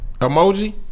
emoji